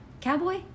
cowboy